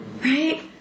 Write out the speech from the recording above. right